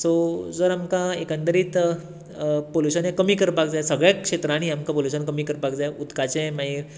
so जर आमकां एकंदरीत पोल्यूशन हें कमी करपाक जाय सगळ्यांत क्षेत्रांनी आमकां पोल्यूशन कमी करपाक जाय उदकाचें मागीर